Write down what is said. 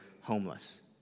homeless